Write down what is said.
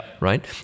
Right